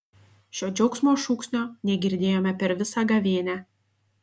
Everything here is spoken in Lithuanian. šio džiaugsmo šūksnio negirdėjome per visą gavėnią